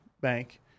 Bank